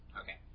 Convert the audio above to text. Okay